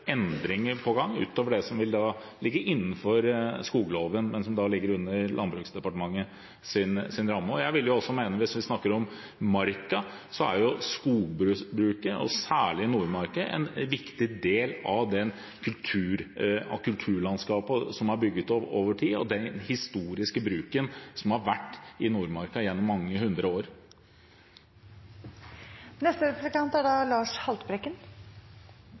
endringer på gang utover det som da vil ligge innenfor skogloven, som ligger under Landbruks- og matdepartementets ramme. Jeg vil også mene hvis vi snakker om Marka, at skogbruket, og særlig i Nordmarka, er en viktig del av kulturlandskapet som er bygd opp over tid – den historiske bruken av Nordmarka gjennom mange